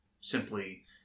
simply